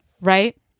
right